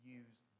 use